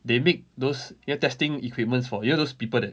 they make those you know testing equipments for you know those people that